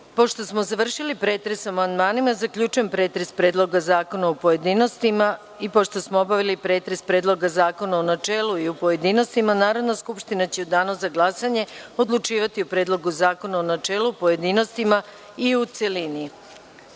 Pošto smo završili pretres o amandmanima, zaključujem pretres Predloga zakona u pojedinostima. Pošto smo obavili pretres Predloga zakona u načelu i pojedinostima, Narodna skupština će u danu za glasanje odlučivati o Predlogu zakona u načelu, pojedinostima i u